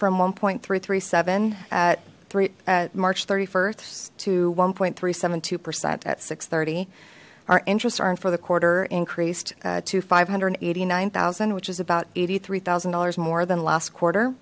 from one point three three seven at three at march st to one point three seven two percent at six thirty our interest earned for the quarter increased to five hundred eighty nine thousand which is about eighty three thousand dollars more than last quarter